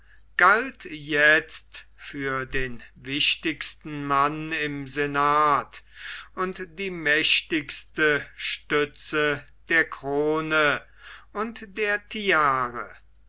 galt jetzt für den wichtigsten mann im senat und die mächtigste stütze der krone und der tiare